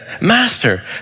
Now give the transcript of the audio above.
Master